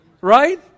right